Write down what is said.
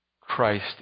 Christ